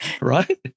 right